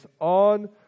on